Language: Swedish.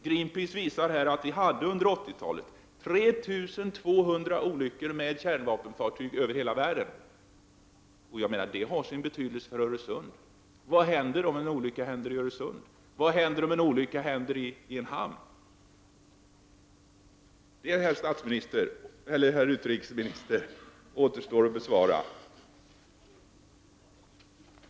Greenpeace har visat att det under 1980-talet skedde 3 200 olyckor med kärnvapenfartyg över hela världen. Detta har sin betydelse för Öresund. Vad händer om en olycka sker i Öresund? Vad händer om en olycka inträffar i en hamn? Detta, herr utrikesminister, återstår att besvara.